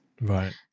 Right